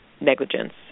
Negligence